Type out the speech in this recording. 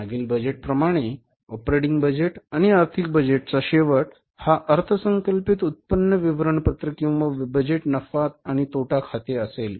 मागील बजेटप्रमाणे operating budget आणि आर्थिक बजेटचा शेवट हा अर्थसंकल्पित उत्पन्न विवरणपत्र किंवा बजेट नफा आणि तोटा खाते असेल